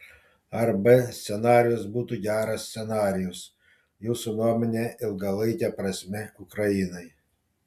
ar b scenarijus būtų geras scenarijus jūsų nuomone ilgalaike prasme ukrainai